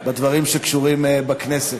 בדברים שקשורים בכנסת.